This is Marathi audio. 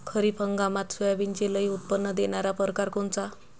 खरीप हंगामात सोयाबीनचे लई उत्पन्न देणारा परकार कोनचा?